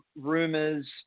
rumors